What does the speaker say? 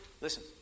Listen